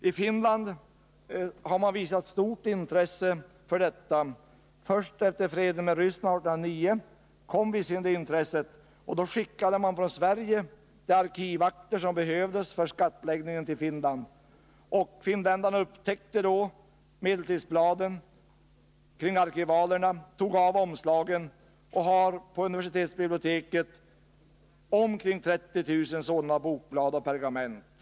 I Finland har man visat stort intresse för sådana här skrifter. Först efter freden med Ryssland 1809 uppstod intresset. Då skickade man från Sverige de arkivakter som behövdes för skattläggningen i Finland. Finländarna upptäckte medeltidsbladen kring arkivalierna, tog av omslagen och har nu på universitetsbiblioteket omkring 30 000 sådana bokblad av pergament.